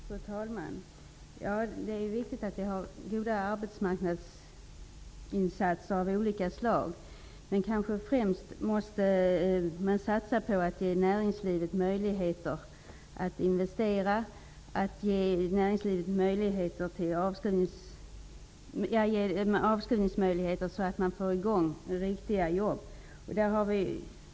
Fru talman! Det är viktigt med goda arbetsmarknadsinsatser av olika slag. Men främst måste man kanske satsa på att ge näringslivet möjligheter till investering och avskrivning, för att få i gång riktiga jobb.